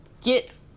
get